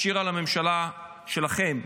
השאירה לממשלה שלכם,